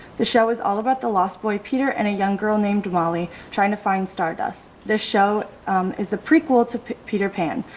the show is all about the last boy peter and a young girl named molly trying to find star dust. the show is the prequel to peter pan.